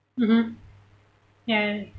mmhmm ya